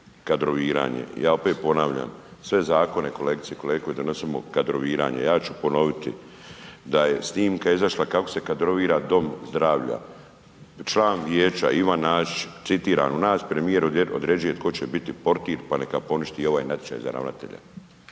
kadroviranje. Ja opet ponavljam sve zakone kolegice i kolege koje donosimo kadroviranje. Ja ću ponoviti da je snimka izašla kako se kadrovira dom zdravlja, član vijeća Ivan Nasić citiram: U nas premijer određuje tko će biti portir pa neka poništi i ovaj natječaj za ravnatelja.